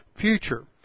future